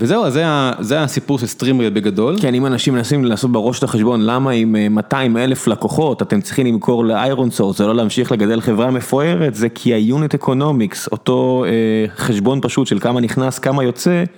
וזהו, אז זה הסיפור של סטרימריה בגדול. כי אני, אם אנשים מנסים לעשות בראש את החשבון, למה אם 200 אלף לקוחות אתם צריכים למכור לאיירון סורט, זה לא להמשיך לגדל חברה מפוארת, זה כי היוניט אקונומיקס, אותו חשבון פשוט של כמה נכנס, כמה יוצא.